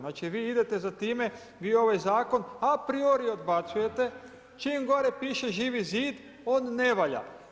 Znači vi idete za time, vi ovaj zakon aprior odbacujete čim gore piše Živi zid on ne valja.